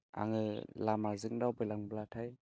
आङो लामाजों दावबायलांब्लाथाय